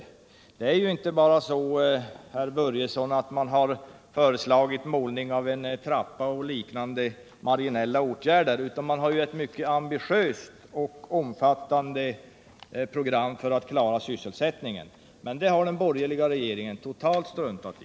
Facket har ju inte bara, herr Börjesson, föreslagit målning av en trappa och liknande marginella åtgärder, utan man har ett mycket ambitiöst och omfattande program för att klara sysselsättningen. Men det har den borgerliga regeringen totalt struntat i.